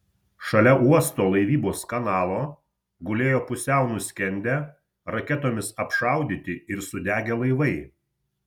šalia uosto laivybos kanalo gulėjo pusiau nuskendę raketomis apšaudyti ir sudegę laivai